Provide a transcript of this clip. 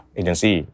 agency